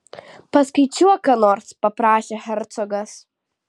paskaičiuok ką nors paprašė hercogas